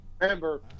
remember